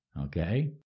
Okay